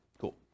Cool